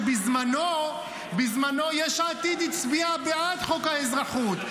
ובזמנו יש עתיד הצביעה בעד חוק האזרחות.